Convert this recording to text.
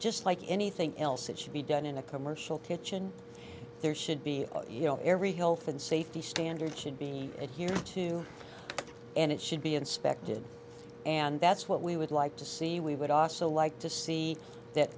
just like anything else it should be done in a commercial kitchen there should be you know every health and safety standards should be adhered to and it should be inspected and that's what we would like to see we would also like to see that